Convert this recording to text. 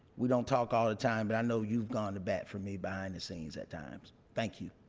we don't talk all the time but i know you've gone to bat for me behind the scenes at times thank you.